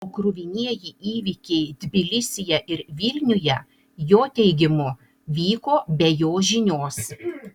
o kruvinieji įvykiai tbilisyje ir vilniuje jo teigimu vyko be jo žinios